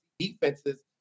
defenses